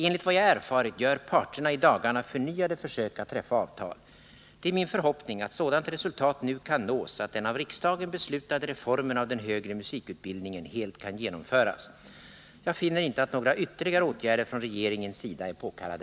Enligt vad jag erfarit gör parterna i dagarna förnyade försök att träffa avtal. Det är min förhoppning att sådant resultat nu kan nås att den av riksdagen beslutade reformen av den högre musikutbildningen helt kan genomföras. Jag finner inte att några ytterligare åtgärder från regeringens sida är påkallade.